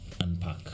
unpack